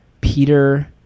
Peter